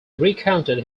recounted